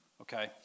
okay